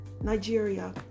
Nigeria